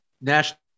National